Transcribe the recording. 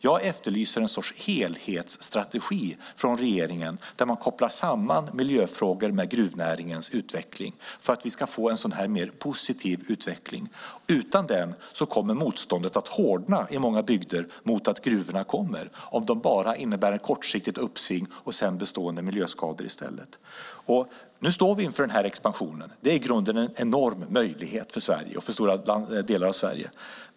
Jag efterlyser en sorts helhetsstrategi från regeringens sida, där man kopplar samman miljöfrågor med gruvnäringens utveckling för att vi ska få en mer positiv utveckling. Utan det kommer motståndet att hårdna i många bygder mot att gruvorna kommer, om de bara innebär ett kortsiktigt uppsving och sedan bestående miljöskador i stället. Nu står vi inför den här expansionen. Det är i grunden en enorm möjlighet för stora delar av Sverige.